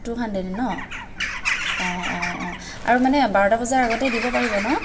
two hundred ন অঁ অঁ অঁ আৰু মানে বাৰটা বজাৰ আগতে দিব পাৰিব ন